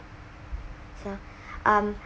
so um